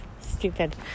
Stupid